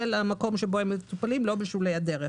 המקום בו הם מטופלים ולא בשולי הדרך.